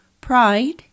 pride